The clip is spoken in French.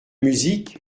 musique